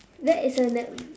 that is a l~